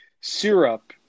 syrup